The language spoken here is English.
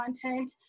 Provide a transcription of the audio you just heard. content